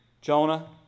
Jonah